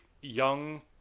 young